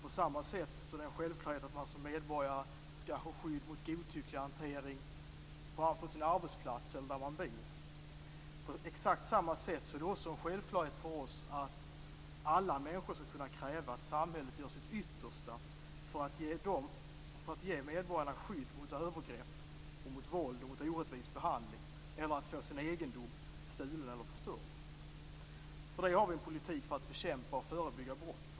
På samma sätt är det en självklarhet att man som medborgare skall ha skydd mot godtycklig hantering på sin arbetsplats eller där man bor. På exakt samma sätt är det också en självklarhet för oss att alla människor skall kunna kräva att samhället gör sitt yttersta för att ge medborgarna skydd mot övergrepp, våld, orättvis behandling, egendomsstöld eller egendomsförstörelse. För detta har vi en politik för att bekämpa och förebygga brott.